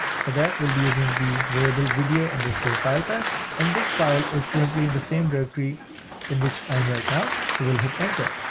for that we'll be using the variable video underscore file path. and this file is currently in the same directory in which i am right now. so we'll hit enter.